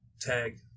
tag